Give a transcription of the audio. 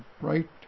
right